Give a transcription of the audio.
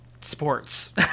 sports